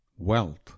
Wealth